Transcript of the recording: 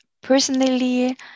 personally